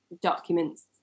documents